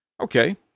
Okay